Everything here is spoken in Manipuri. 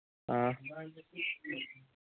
ꯑꯥ